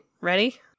ready